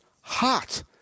hot